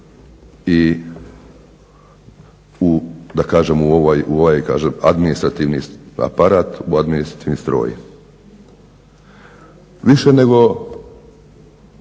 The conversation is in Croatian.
i da kažem u ovaj administrativni aparat, u administrativni stroj. Više nego